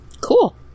Cool